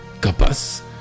capaz